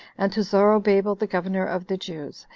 and to zorobabel the governor of the jews,